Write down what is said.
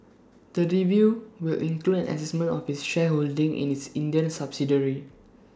the review will include an Assessment of its shareholding in its Indian subsidiary